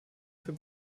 für